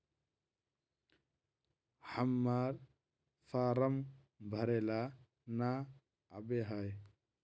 हम्मर फारम भरे ला न आबेहय?